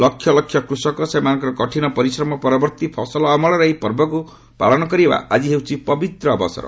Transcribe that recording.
ଲକ୍ଷ ଲକ୍ଷ କୃଷକ ସେମାନଙ୍କର କଠିନ ପରିଶ୍ରମ ପରବର୍ତ୍ତୀ ଫସଲ ଅମଳର ଏହି ପର୍ବକୁ ପାଳନ କରିବାର ଆଜି ହେଉଛି ପବିତ୍ର ଅବସର